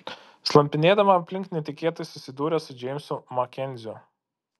slampinėdama aplink netikėtai susidūrė su džeimsu makenziu